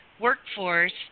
workforce